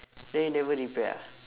then you never repair ah